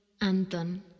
Anton